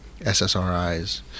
ssris